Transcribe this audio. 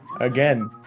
again